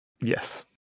Yes